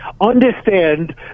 understand